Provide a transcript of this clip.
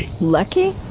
Lucky